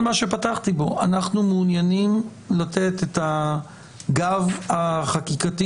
מה שפתחתי בו: אנחנו מעוניינים לתת את הגב החקיקתי